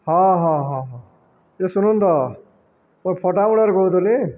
ହଁ ହଁ ହଁ ହଁ ଏ ସୁନନ୍ଦ ମୁଇଁ ଫଟାଗୁଡ଼ାରୁ କହୁଥିଲି